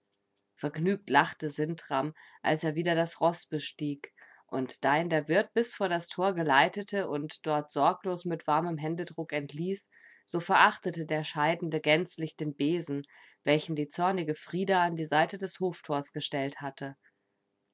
vergnügt lachte sintram als er wieder das roß bestieg und da ihn der wirt bis vor das tor geleitete und dort sorglos mit warmem händedruck entließ so verachtete der scheidende gänzlich den besen welchen die zornige frida an die seite des hoftors gestellt hatte